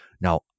Now